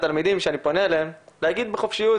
התלמידים שאני פונה אליהם להגיד בחופשיות